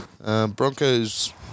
Broncos